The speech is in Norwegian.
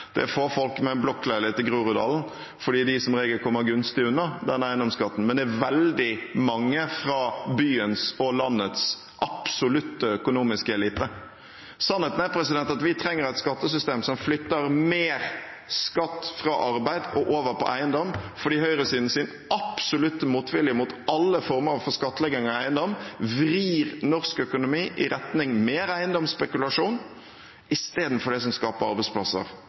Det er få folk med blokkleilighet i Groruddalen fordi de som regel kommer gunstig ut av eiendomsskatten, men det er veldig mange fra byens og landets absolutte økonomiske elite. Sannheten er at vi trenger et skattesystem som flytter mer skatt fra arbeid og over på eiendom, fordi høyresidens absolutte motvilje mot alle former for skattlegging av eiendom vrir norsk økonomi i retning av mer eiendomsspekulasjon istedenfor det som skaper arbeidsplasser